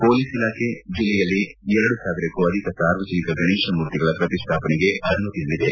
police ಇಲಾಖೆ ಜಿಲ್ಲೆಯಲ್ಲಿ ಎರಡು ಸಾವಿರಕ್ಕೂ ಅಧಿಕ ಸಾರ್ವಜನಿಕ ಗಣೇಶ ಮೂರ್ತಿಗಳ ಪ್ರತಿಷ್ಠಾಪನೆಗೆ ಅನುಮತಿ ನೀಡಿದೆ